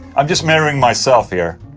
i'm just mirroring myself here.